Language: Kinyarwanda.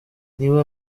niba